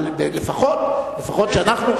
אבל לפחות שאנחנו,